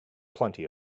plenty